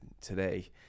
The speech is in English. today